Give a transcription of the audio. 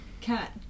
Cat